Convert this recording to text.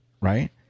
Right